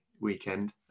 weekend